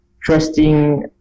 trusting